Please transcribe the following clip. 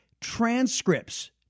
transcripts